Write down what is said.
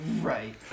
Right